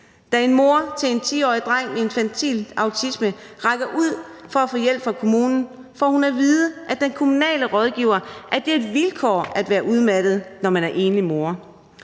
Da en mor til en 10-årig dreng med infantil autisme rækker ud for at få hjælp fra kommunen, får hun at vide af den kommunale rådgiver, at det er et vilkår at være udmattet, når man er enlig mor.